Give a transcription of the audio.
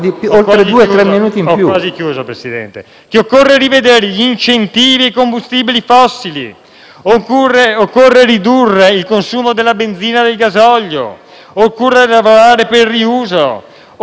occorre ridurre il consumo della benzina e del gasolio; occorre lavorare per il riuso; occorre lavorare sulle rinnovabili, sulla rigenerazione urbana, contro il consumo del suolo.